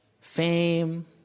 Fame